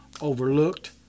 overlooked